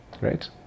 Right